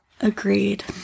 Agreed